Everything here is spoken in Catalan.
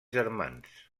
germans